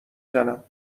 زنم